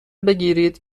بگیرید